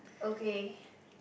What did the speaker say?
okay